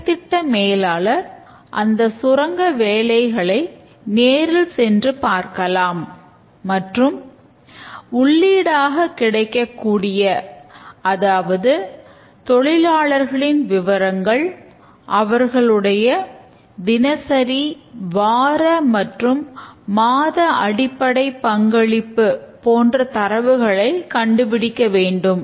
செயல் திட்ட மேலாளர் அந்த சுரங்க வேலைகளை நேரில் சென்று பார்க்கலாம் மற்றும் உள்ளீடாக கிடைக்கக்கூடிய அதாவது தொழிலாளர்களின் விவரங்கள் அவர்களுடைய தினசரி வார மற்றும் மாத அடிப்படை பங்களிப்பு போன்ற தரவுகளை கண்டுபிடிக்க வேண்டும்